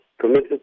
committed